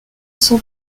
sont